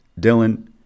dylan